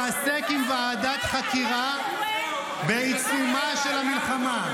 להתעסק בוועדת חקירה בעיצומה של המלחמה.